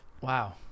wow